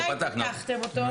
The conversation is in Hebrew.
מתי פתחתם אותו?